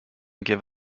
gave